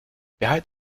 behalte